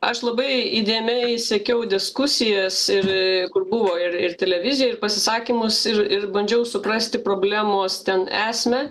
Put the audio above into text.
aš labai įdėmiai sekiau diskusijas ir kur buvo ir ir televiziją ir pasisakymus ir ir bandžiau suprasti problemos ten esmę